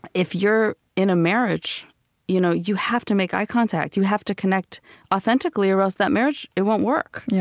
if you're in a marriage you know you have to make eye contact. you have to connect authentically, or else that marriage, it won't work.